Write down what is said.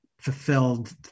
fulfilled